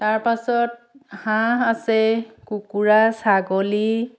তাৰ পাছত হাঁহ আছে কুকুৰা ছাগলী